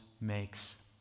makes